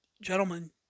gentlemen